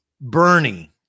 Bernie